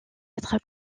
être